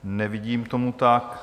Nevidím tomu tak.